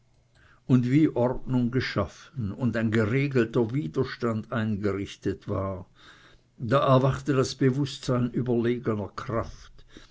und wie ordnung geschaffen und ein geregelter widerstand eingerichtet war da erwachte das bewußtsein überlegener kraft